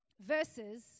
Verses